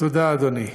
תודה, אדוני.